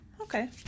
Okay